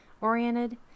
oriented